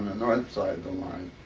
north side of the line.